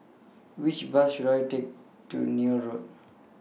Which Bus should I Take to Neil Road